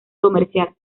comercial